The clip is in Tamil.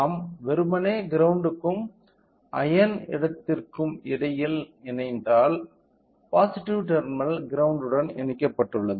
நாம் வெறுமனே கிரௌண்ட்க்கும் அயன் இடத்திற்கும் இடையில் இணைந்தால் பாசிட்டிவ் டெர்மினல் கிரௌண்ட் உடன் இணைக்கப்பட்டுள்ளது